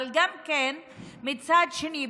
אבל מצד שני,